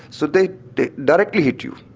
so they directly hit you.